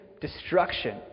destruction